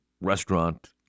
restaurant